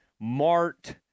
Mart